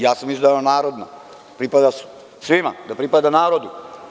Ja sam mislio da je ona narodna, pripada svima, da pripada narodu.